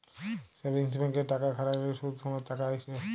savings ব্যাংকে টাকা খ্যাট্যাইলে সুদ সমেত টাকা আইসে